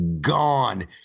Gone